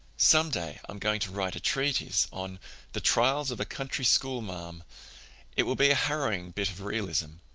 some day i'm going to write a treatise on the trials of a country schoolmarm it will be a harrowing bit of realism.